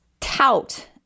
tout